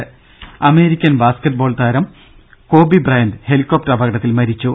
ദ്ദേ American basketball താരം Kobe Bryant helicopter അപകടത്തിൽ മരിച്ചു